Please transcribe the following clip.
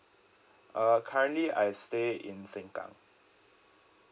uh currently I stay in seng kang